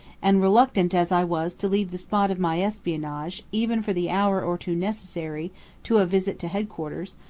and reluctant as i was to leave the spot of my espionage even for the hour or two necessary to a visit to headquarters,